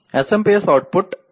SMPS output 0